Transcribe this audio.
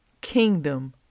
kingdom